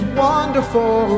wonderful